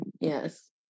yes